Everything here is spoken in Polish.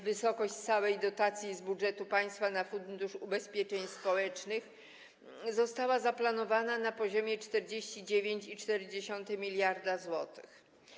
Wysokość całej dotacji z budżetu państwa na Fundusz Ubezpieczeń Społecznych została zaplanowana na poziomie 49,4 mld zł.